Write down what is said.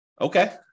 Okay